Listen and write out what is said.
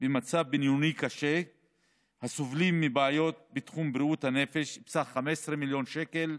במצב בינוני-קשה הסובלים מבעיות בתחום בריאות הנפש בסך 15 מיליון שקל.